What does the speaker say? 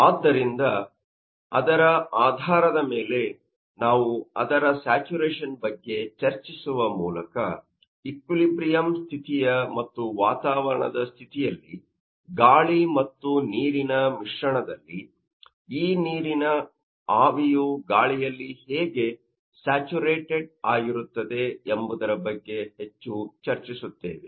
ಆದ್ದರಿಂದ ಅದರ ಆಧಾರದ ಮೇಲೆ ನಾವು ಅದರ ಸ್ಯಾಚುರೇಶನ್ ಬಗ್ಗೆ ಚರ್ಚಿಸುವ ಮೂಲಕ ಈಕ್ವಿಲಿಬ್ರಿಯಮ ಸ್ಥಿತಿಯ ಮತ್ತು ವಾತಾವರಣದ ಸ್ಥಿತಿಯಲ್ಲಿ ಗಾಳಿ ಮತ್ತು ನೀರಿನ ಮಿಶ್ರಣದಲ್ಲಿ ಈ ನೀರಿನ ಆವಿಯು ಗಾಳಿಯಲ್ಲಿ ಹೇಗೆ ಸ್ಯಾಚುರೇಟೆಡ್ ಆಗಿರುತ್ತದೆ ಎಂಬುದರ ಬಗ್ಗೆ ಹೆಚ್ಚು ಚರ್ಚಿಸುತ್ತೇವೆ